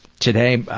today